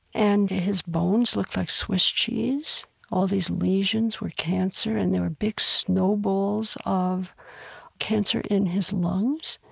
and his bones looked like swiss cheese all these lesions were cancer, and there were big snowballs of cancer in his lungs.